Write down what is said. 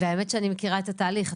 האמת היא שאני מכירה את התהליך.